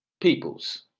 Peoples